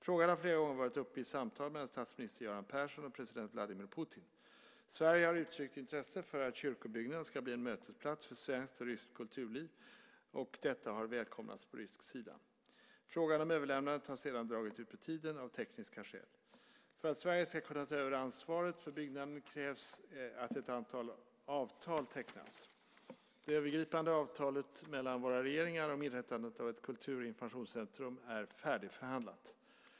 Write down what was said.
Frågan har flera gånger varit uppe i samtal mellan statsminister Göran Persson och president Vladimir Putin. Sverige har uttryckt intresse för att kyrkobyggnaden ska bli en mötesplats för svenskt och ryskt kulturliv, och detta har välkomnats på rysk sida. Frågan om överlämnandet har sedan dragit ut på tiden av tekniska skäl. För att Sverige ska kunna ta över ansvaret för byggnaden krävs att ett antal avtal tecknas. Det övergripande avtalet mellan våra regeringar om inrättandet av ett kultur och informationscentrum är färdigförhandlat.